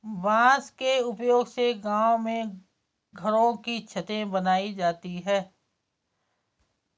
बांस के उपयोग से गांव में घरों की छतें बनाई जाती है